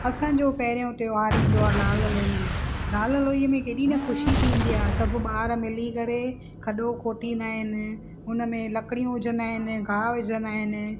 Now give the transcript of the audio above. असांजो पहिरियों त्योहारु ईंदो आहे लाल लोई लाल लोईअ में केॾी न ख़ुशी थींदी आहे सभ ॿार मिली करे खॾो खोटींदा आहिनि हुन में लकड़ियूं विझंदा आहिनि ॻाहु विझंदा आहिनि